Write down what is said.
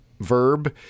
verb